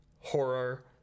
horror